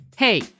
Hey